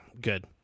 good